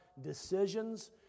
decisions